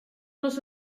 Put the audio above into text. les